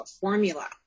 formula